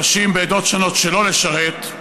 אנשים בעדות שונות שלא לשרת,